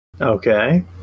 Okay